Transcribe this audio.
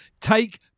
Take